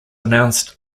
announced